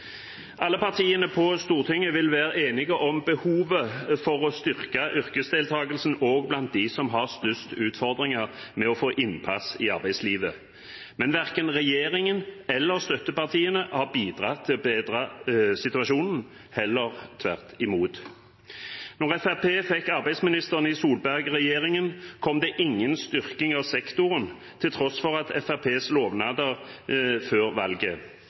Alle partiene på Stortinget vil være enige om behovet for å styrke yrkesdeltakelsen, også blant dem som har størst utfordringer med å få innpass i arbeidslivet. Men verken regjeringen eller støttepartiene har bidratt til å bedre situasjonen, heller tvert imot. Da Fremskrittspartiet fikk arbeidsministeren i Solberg-regjeringen, kom det ingen styrking av sektoren, til tross for Fremskrittspartiets lovnader før valget.